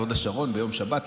ביום שבת,